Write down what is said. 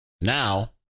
now